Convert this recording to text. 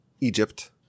Egypt